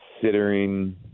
considering